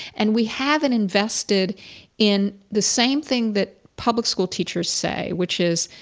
and we haven't invested in the same thing that public school teachers say, which is,